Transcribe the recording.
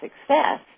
success